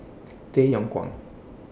Tay Yong Kwang